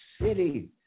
City